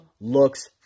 looks